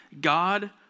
God